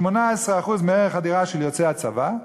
18% מערך הדירה של יוצאי הצבא,